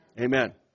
Amen